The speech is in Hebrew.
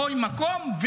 בכל מקום,